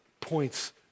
points